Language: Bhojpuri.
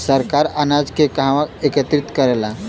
सरकार अनाज के कहवा एकत्रित करेला?